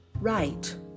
right